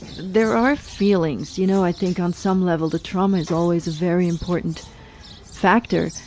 there are feelings, you know, i think on some level the trauma is always a very important factor.